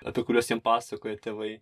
apie kuriuos jiem pasakoja tėvai